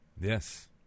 Yes